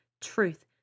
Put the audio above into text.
truth